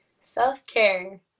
self-care